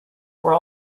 were